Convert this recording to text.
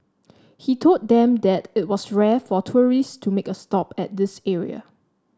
he told them that it was rare for tourists to make a stop at this area